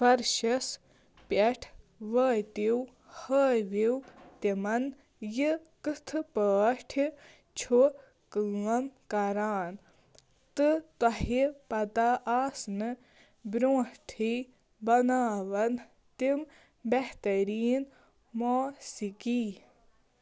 فَرشَس پٮ۪ٹھ وٲتِو ہٲوِو تِمَن یہِ کٕتھٕ پٲٹھہِ چھُ کٲم کَران تہٕ تۄہہِ پَتَہ آسنہٕ برٛونٛٹھٕے بَناوَن تِم بہتریٖن موسِقی